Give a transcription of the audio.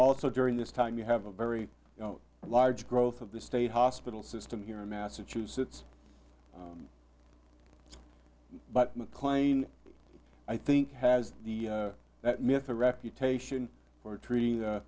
also during this time we have a very large growth of the state hospital system here in massachusetts but mclean i think has the that myth a reputation for treating